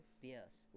yes